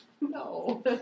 No